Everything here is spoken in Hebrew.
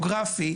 גאוגרפי,